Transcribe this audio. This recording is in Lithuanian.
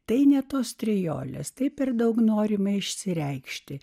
tai ne tos triolės taip ir daug norime išsireikšti